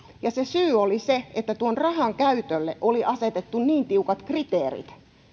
ja se syy oli se että tuon rahan käytölle oli asetettu niin tiukat kriteerit